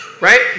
Right